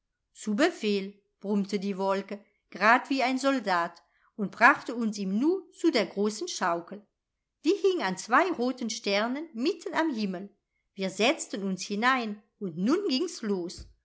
zu befehl brummte die wolke grade wie ein soldat und brachte uns im nu zu der großen schaukel die hing an zwei roten sternen mitten am himmel wir setzten uns hinein und nun gings los